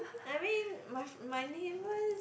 I mean my my neighbour